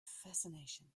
fascination